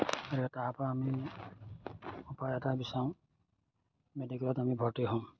গতিকে তাৰপৰা আমি উপায় এটা বিচাৰোঁ মেডিকেলত আমি ভৰ্তি হওঁ